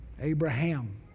Abraham